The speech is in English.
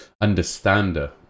understander